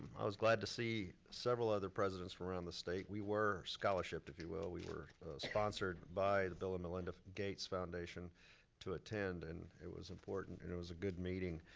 i was glad to see several other presidents from around the state. we were scholarship-ed, if you will. we were sponsored by the bill and melinda gates foundation to attend and it was important and it was a good meeting.